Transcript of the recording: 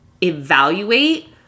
evaluate